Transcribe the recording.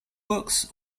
books